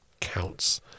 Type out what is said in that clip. counts